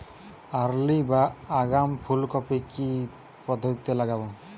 Early বা আগাম ফুল কপি কি পদ্ধতিতে লাগাবো?